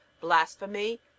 blasphemy